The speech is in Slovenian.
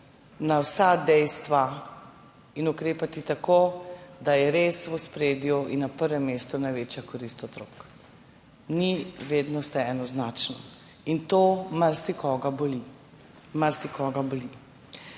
na vsa dejstva in ukrepati tako, da je res v ospredju in na prvem mestu največja korist otrok. Ni vedno vse enoznačno in to marsikoga boli. Marsikoga boli.